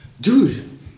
dude